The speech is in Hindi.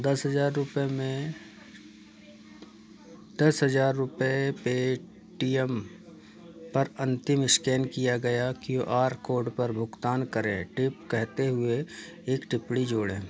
दस हज़ार रुपये में दस हज़ार रूपये पेटीएम पर अंतिम स्कैन किया गया क्यू आर कोड पर भुगतान करें टिप कहते हुए एक टिप्पणी जोड़ें